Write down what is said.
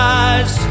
eyes